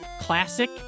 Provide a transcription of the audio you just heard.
classic